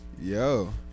Yo